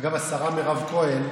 אגב, השרה מירב כהן,